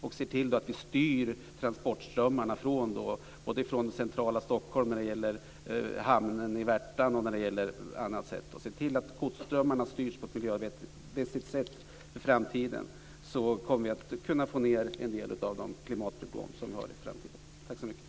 Om vi ser till att transportströmmarna styrs från centrala Stockholm, t.ex. från hamnen i Värtan, på ett miljömässigt sätt, kommer vi att kunna minska en del klimatproblem i framtiden.